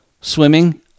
swimming